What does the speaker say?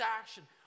action